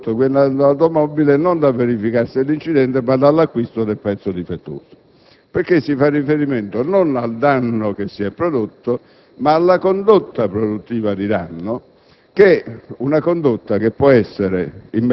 vedessi prescritto il danno da me prodotto guidando l'automobile non dal verificarsi dell'incidente, ma dall'acquisto del pezzo difettoso. Si fa riferimento non al danno che si è prodotto, ma alla condotta produttiva di danno,